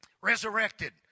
Resurrected